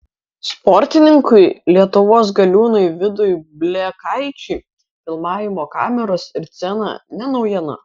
sportininkui lietuvos galiūnui vidui blekaičiui filmavimo kameros ir scena ne naujiena